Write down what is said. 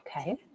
Okay